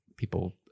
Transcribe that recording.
people